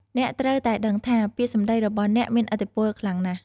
អ្នកត្រូវតែដឹងថា ពាក្យសម្ដីរបស់អ្នកមានឥទ្ធិពលខ្លាំងណាស់។